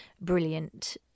brilliant